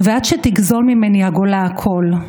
ועד שתגזול ממני הגולה הכול,